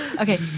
okay